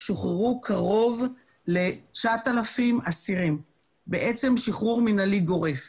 שוחררו קרוב ל-9,000 אסירים בעצם שחרור מינהלי גורף.